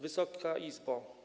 Wysoka Izbo!